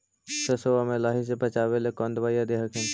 सरसोबा मे लाहि से बाचबे ले कौन दबइया दे हखिन?